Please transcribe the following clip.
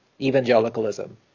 evangelicalism